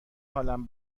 حالم